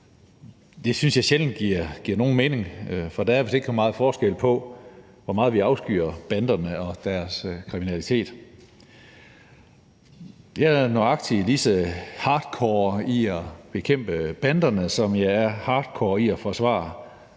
Det synes jeg sjældent giver nogen mening, for der er vist ikke så meget forskel på, hvor meget vi afskyr banderne og deres kriminalitet. Jeg er nøjagtig lige så hardcore i at bekæmpe banderne, som jeg er hardcore i at forsvare